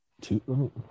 two